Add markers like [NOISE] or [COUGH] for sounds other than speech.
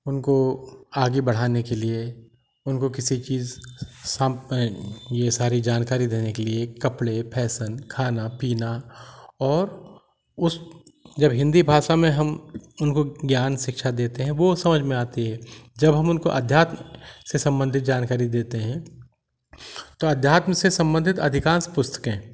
उनको आगे बढ़ाने के लिए उनको किसी चीज [UNINTELLIGIBLE] ये सारी जानकारी देने के लिए कपड़े फैशन खाना पीना और उस जब हिन्दी भाषा में हम उनको ज्ञान शिक्षा देते हैं वो समझ में आती है जब हम उनको अध्यात्म से सम्बन्धित जानकारी देते हैं तो अध्यात्म से सम्बन्धित अधिकांश पुस्तकें